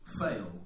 fail